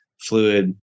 fluid